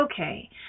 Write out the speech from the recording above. okay